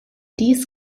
dies